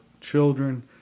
children